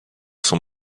son